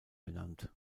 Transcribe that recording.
benannt